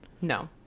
No